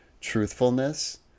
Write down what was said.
truthfulness